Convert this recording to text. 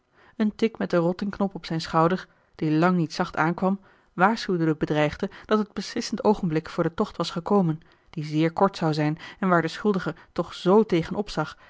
een tik met den rottingstok op zijn schouder die lang niet zacht aankwam waarschuwde den bedreigde dat het beslissend oogenblik voor den tocht was gekomen die zeer kort zou zijn en waar de schuldige toch z tegen opzag